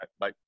Bye